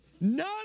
None